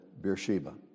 Beersheba